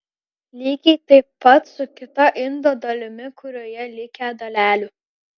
lygiai taip pat su kita indo dalimi kurioje likę dalelių